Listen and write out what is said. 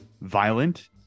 violent